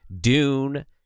Dune